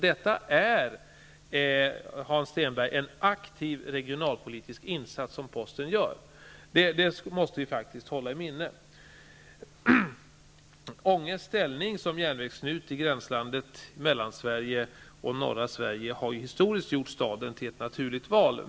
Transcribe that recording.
Det, Hans Stenberg, är en aktiv regionalpolitisk insats som posten gör. Det måste vi faktiskt hålla i minnet. Mellansverige och norra Sverige har historiskt gjort orten till ett naturligt val.